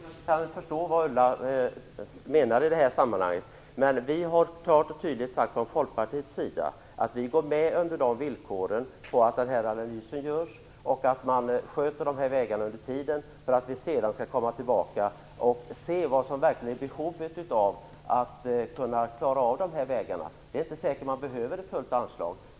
Fru talman! Jag kan förstå vad Ulla Löfgren menar. Men vi har klart och tydligt från Folkpartiets sida sagt att vi går med på villkor att analysen görs och att man sköter de här vägarna under tiden, så att vi sedan kan komma tillbaka och se vad som är det verkliga behovet för att kunna klara de enskilda vägarna. Det är inte säkert att man behöver fullt anslag.